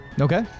Okay